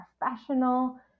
professional